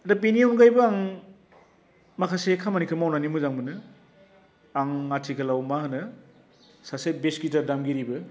दा बेनि अनगायैबो आं माखासे खामानिखौ मावनानै मोजां मोनो आं आथिखालाव मा होनो सासे भेस गिटार दामगिरिबो